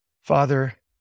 father